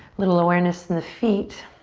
little awareness in the feet.